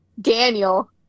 Daniel